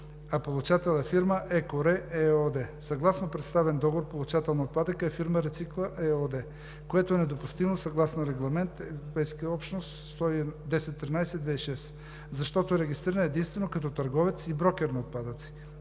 а получател е фирма „ЕкоРе“ ЕООД. Съгласно представен договор получател на отпадъка е фирма „Рецикла“ ЕООД, което е недопустимо съгласно Регламент ЕО 1013/2006, защото е регистрирана единствено като търговец и брокер на отпадъци